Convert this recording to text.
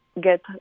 get